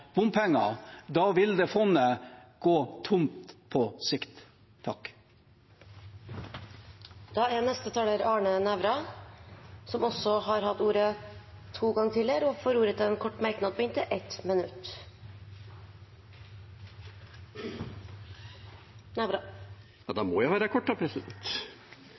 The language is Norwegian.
bompenger, vil fondet gå tomt på sikt. Representanten Arne Nævra har hatt ordet to ganger tidligere og får ordet til en kort merknad, begrenset til 1 minutt. Ja, da må jeg være